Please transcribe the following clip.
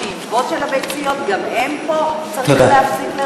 השאיבות של הביציות גם הן פה, וצריך להפסיק לרגע?